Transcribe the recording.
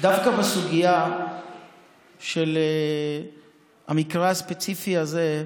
דווקא בסוגיה של המקרה הספציפי הזה,